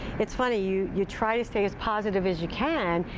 it's funny, you you try to stay as positive as you can,